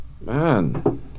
Man